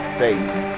face